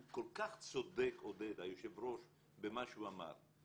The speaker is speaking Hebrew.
הוא כל כך צודק היושב-ראש עודד במה שהוא אמר.